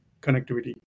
connectivity